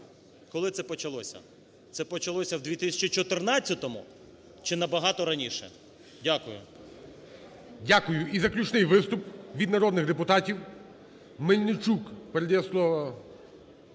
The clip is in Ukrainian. Коли це почалося? Це почалося в 2014, чи набагато раніше? Дякую. ГОЛОВУЮЧИЙ. Дякую. І заключний виступ від народних депутатів. Мельничук передає слово…